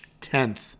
10th